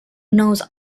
knows